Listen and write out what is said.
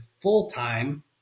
full-time